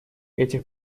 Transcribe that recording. этих